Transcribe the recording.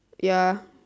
ya